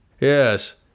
Yes